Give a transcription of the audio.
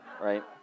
Right